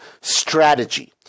strategy